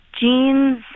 jeans